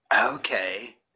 Okay